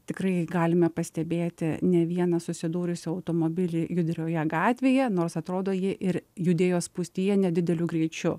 tikrai galime pastebėti ne vieną susidūrusį automobilį judrioje gatvėje nors atrodo ji ir judėjo spūstyje nedideliu greičiu